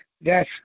yes